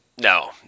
No